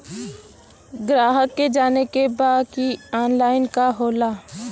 ग्राहक के जाने के बा की ऑनलाइन का होला?